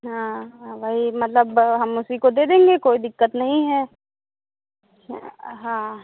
हाँ हाँ वही मतलब हम उसी को दे देंगे कोई दिक्कत नहीं है हाँ